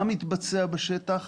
מה מתבצע בשטח